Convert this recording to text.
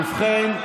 ובכן,